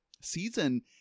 season